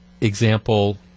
example